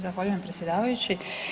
Zahvaljujem predsjedavajući.